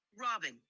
robin